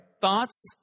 Thoughts